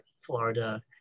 florida